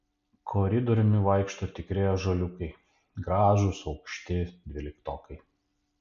koridoriumi vaikšto tikri ąžuoliukai gražūs aukšti dvyliktokai